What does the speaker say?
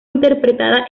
interpretada